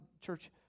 church